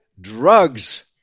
drugs